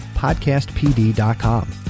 PodcastPD.com